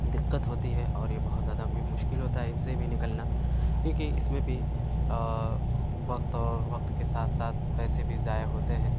دقت ہوتی ہے اور یہ بہت زیادہ بھی مشکل ہوتا ہے اس سے بھی نکلنا کیونکہ اس میں بھی وقت اور وقت کے ساتھ ساتھ پیسے بھی ضائع ہوتے ہیں